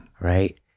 right